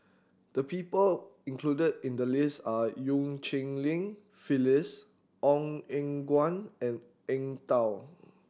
the people included in the list are Eu Cheng Li Phyllis Ong Eng Guan and Eng Tow